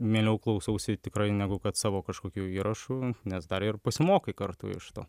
mieliau klausausi tikrai negu kad savo kažkokių įrašų nes dar ir pasimokai kartu iš to